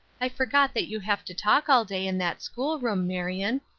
i forget that you have to talk all day in that school-room, marion.